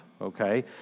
okay